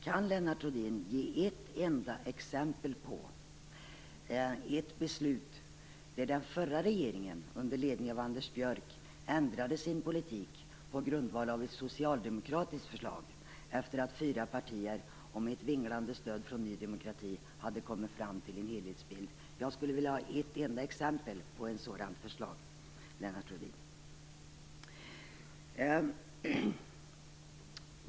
Kan Lennart Rohdin ge ett enda exempel på ett beslut där den förra regeringen under ledning av Anders Björck ändrade sin politik på grundval av ett socialdemokratiskt förslag efter det att fyra partier, med ett vinglande stöd från Ny demokrati, hade kommit fram till en helhetsbild? Ge mig ett enda exempel på ett sådant förslag, Lennart Rohdin!